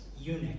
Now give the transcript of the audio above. eunuch